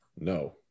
no